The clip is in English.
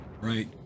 right